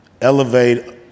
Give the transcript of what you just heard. elevate